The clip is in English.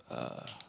uh